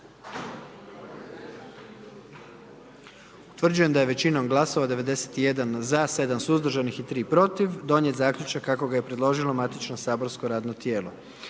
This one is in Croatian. Utvrđujem da je većinom glasova 78 za i 1 suzdržan i 20 protiv donijet zaključak kako ga je predložilo matično saborsko radno tijelo.